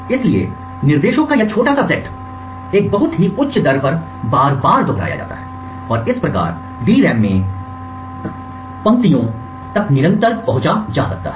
इसलिए निर्देशों का यह छोटा सा सेट एक बहुत ही उच्च दर पर बार बार दोहराया जाता है और इस प्रकार DRAM में पंक्तियों रो तक निरंतर पहुंच होती है